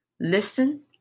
Listen